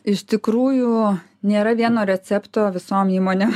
iš tikrųjų nėra vieno recepto visom įmonėm